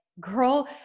girl